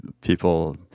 people